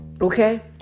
Okay